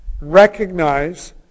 recognize